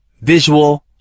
visual